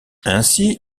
ainsi